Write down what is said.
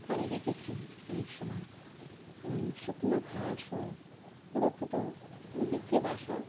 করে দেখেছি অনেক সময় শুকনো ঘাস ও কুঁড়ো খুটো বিছিয়ে বাসা